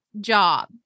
job